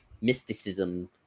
mysticism